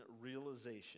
realization